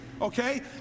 Okay